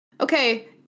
okay